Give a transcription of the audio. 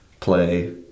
play